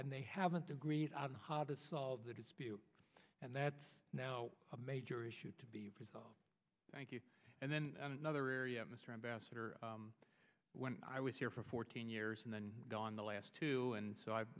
and they haven't agreed on how to solve the dispute and that's now a major issue to be resolved thank you and then another area mr ambassador when i was here for fourteen years and then gone the last two and so i've